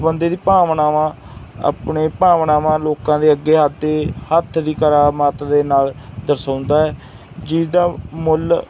ਬੰਦੇ ਦੀਆਂ ਭਾਵਨਾਵਾਂ ਆਪਣੀਆਂ ਭਾਵਨਾਵਾਂ ਲੋਕਾਂ ਦੇ ਅੱਗੇ ਹੱਥ 'ਤੇ ਹੱਥ ਦੀ ਕਰਾਮਾਤ ਦੇ ਨਾਲ ਦਰਸਾਉਂਦਾ ਹੈ ਜਿਹਦਾ ਮੁੱਲ